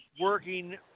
working